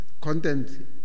content